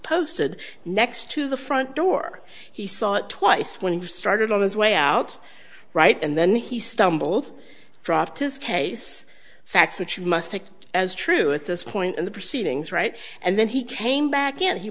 posted next to the front door he saw it twice when he started on his way out right and then he stumbled dropped this case facts which you must take as true at this point in the proceedings right and then he came back